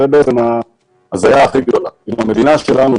המדינה שלנו,